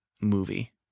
movie